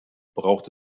braucht